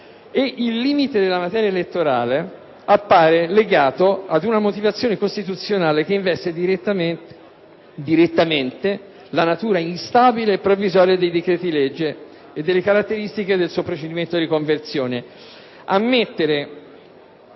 e il limite della materia elettorale appare legato ad una motivazione costituzionale che investe direttamente la natura instabile e provvisoria dei decreti-legge e delle caratteristiche del suo procedimento di conversione.